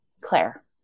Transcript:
Claire